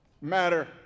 matter